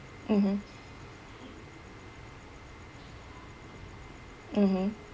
mmhmm mmhmm